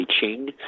Ching